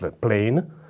plane